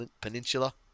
Peninsula